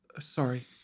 sorry